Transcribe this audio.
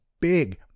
big